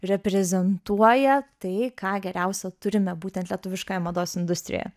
reprezentuoja tai ką geriausia turime būtent lietuviškoje mados industrijoje